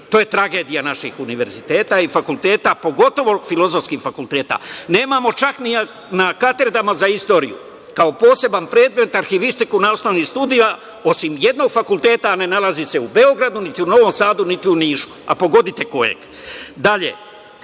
to je tragedija našeg univerziteta i fakulteta, pogotovo filozofskih fakulteta. Nemamo čak ni na katedrama za istoriju kao poseban predmet arhivistiku, osim jednog fakulteta, a ne nalazi se u Beogradu, niti u Novom Sadu, niti u Nišu, a pogodite koji